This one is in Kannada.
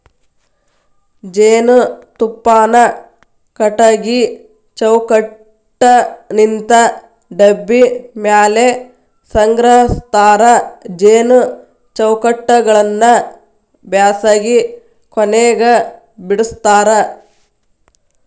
ಜೇನುತುಪ್ಪಾನ ಕಟಗಿ ಚೌಕಟ್ಟನಿಂತ ಡಬ್ಬಿ ಮ್ಯಾಲೆ ಸಂಗ್ರಹಸ್ತಾರ ಜೇನು ಚೌಕಟ್ಟಗಳನ್ನ ಬ್ಯಾಸಗಿ ಕೊನೆಗ ಬಿಡಸ್ತಾರ